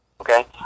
okay